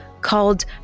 called